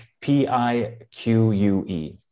P-I-Q-U-E